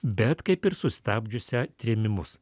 bet kaip ir sustabdžiusią trėmimus